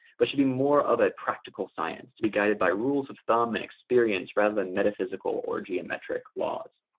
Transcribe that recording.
but should be more of a practical science to be guided by rules of thumb experience rather than metaphysical or geometric laws.